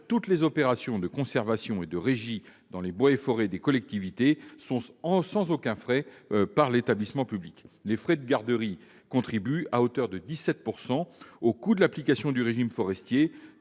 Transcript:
toutes les opérations de conservation et de régie dans les bois et forêts des collectivités territoriales sont assurées sans aucuns frais par l'établissement public. Les frais de garderie contribuent à hauteur de 17 % au coût de l'application du régime forestier